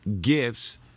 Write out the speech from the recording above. gifts